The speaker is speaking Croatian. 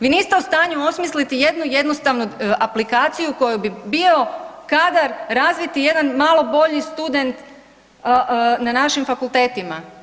Vi niste u stanju osmisliti jednu jednostavnu aplikaciju koju bi bio kadar razviti jedan malo bolji student na našim fakultetima.